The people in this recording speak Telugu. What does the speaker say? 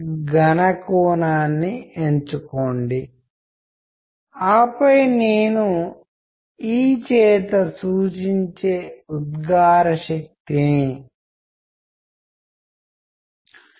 ఇలా కూడా సాధ్యమే మీరు ఒక వర్గం వారితో స్పష్టంగా కమ్యూనికేట్ చేస్తూనే మరో వర్గం వారితో రహస్యంగా కమ్యూనికేట్ చేయవచ్చు